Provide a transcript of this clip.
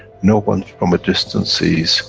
no one from a distance sees,